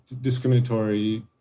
discriminatory